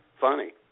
Funny